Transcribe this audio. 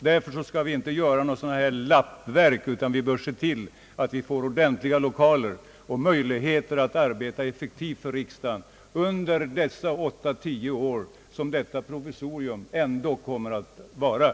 Vi skall därför inte göra några lappverk utan se till att vi får ordentliga lokaler och möjligheter att arbeta effektivt i riksdagen under de åtta å tio år som detta provisorium ändå kommer att bestå.